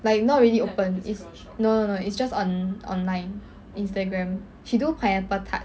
like not really open is no no no it's just on online instagram she do pineapple tarts